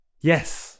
yes